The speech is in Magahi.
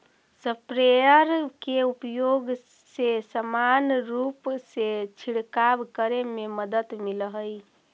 स्प्रेयर के उपयोग से समान रूप से छिडकाव करे में मदद मिलऽ हई